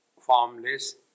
formless